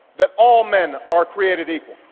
that all men are created equal.